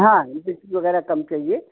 हाँ ये मिर्ची वग़ैरह कम चाहिए